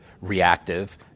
reactive